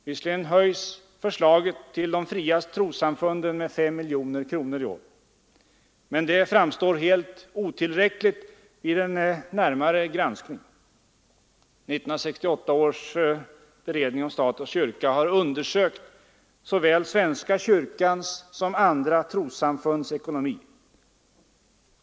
Visserligen höjs anslaget till de fria trossamfunden med 5 miljoner kronor i år, men det framstår som helt otillräckligt vid en närmare granskning. 1968 års beredning om stat och kyrka har undersökt såväl svenska kyrkans som andra trossamfunds ekonomi.